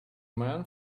man